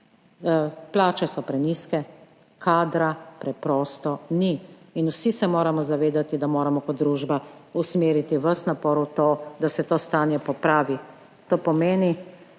Plače so prenizke, kadra preprosto ni in vsi se moramo zavedati, da moramo kot družba usmeriti ves napor v to, da se to stanje popravi. To pomeni,